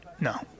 No